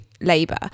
labour